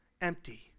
empty